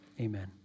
amen